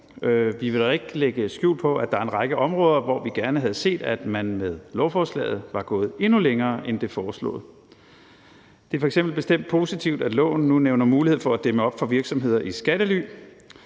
Vi vil dog ikke lægge skjul på, at der er en række områder, hvor vi gerne havde set, at man med lovforslaget var gået endnu længere end det foreslåede. Det er f.eks. bestemt positivt, at lovforslaget nu nævner mulighed for at dæmme op for virksomheder i skattely,